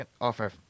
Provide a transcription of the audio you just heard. offer